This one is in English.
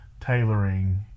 tailoring